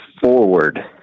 forward